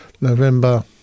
November